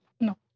No